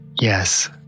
Yes